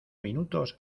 minutos